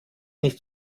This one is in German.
nicht